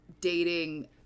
dating